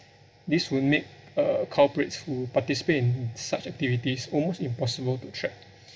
this would make uh culprits who participate in such activities almost impossible to track